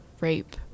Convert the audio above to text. rape